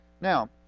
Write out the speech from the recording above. Now